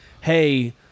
hey